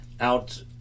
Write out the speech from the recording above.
out